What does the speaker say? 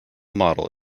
model